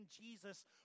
Jesus